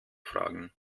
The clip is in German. fragen